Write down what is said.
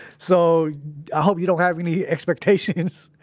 so i hope you don't have any expectations.